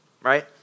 right